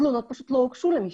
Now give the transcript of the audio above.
פשוט לא הוגשו למשטרה.